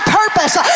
purpose